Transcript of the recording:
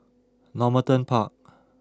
Normanton Park